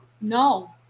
No